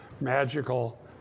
magical